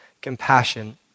compassion